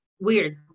weird